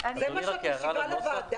זה מה שאת משיבה לוועדה?